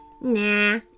Nah